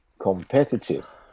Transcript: competitive